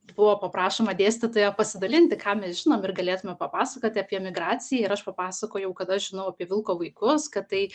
buvo paprašoma dėstytojo pasidalinti ką mes žinom ir galėtume papasakoti apie migraciją ir aš papasakojau kad aš žinau apie vilko vaikus kad tai